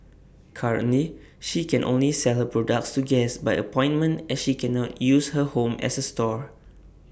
currently she can only sell her products to guests by appointment as she cannot use her home as A store